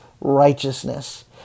righteousness